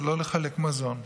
זה לא לחלק מזון.